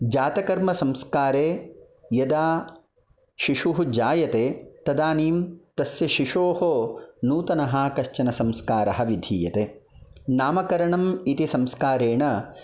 जातकर्मसंस्कारे यदा शिशुः जायते तदानीं तस्य शिशोः नूतनः कश्चन संस्कारः विधीयते नामकरणम् इति संस्कारेण